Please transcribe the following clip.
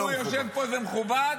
למה, כשהוא יושב פה, זה מכובד?